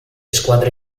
squadre